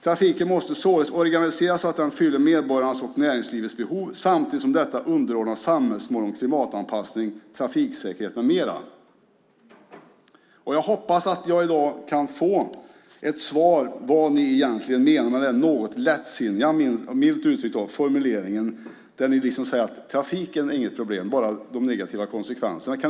Trafiken måste således organiseras så att den fyller medborgarnas och näringslivets behov, samtidigt som detta underordnas samhällsmålen om klimatanpassning, trafiksäkerhet m.m." Jag hoppas att jag i dag kan få ett svar på frågan vad ni egentligen menar med den, milt uttryckt, något lättsinniga formuleringen att trafiken i sig inte är något problem utan bara de negativa konsekvenserna av den.